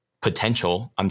potential